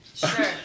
Sure